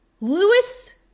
Lewis